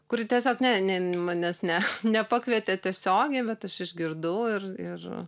kuri tiesiog ne ne jin manęs ne nepakvietė tiesiogiai bet aš išgirdau ir ir